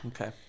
okay